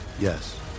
Yes